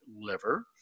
liver